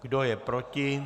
Kdo je proti?